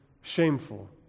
shameful